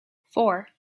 four